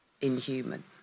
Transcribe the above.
inhuman